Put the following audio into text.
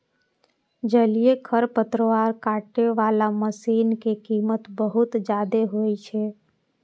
जलीय खरपतवार काटै बला मशीन के कीमत बहुत जादे होइ छै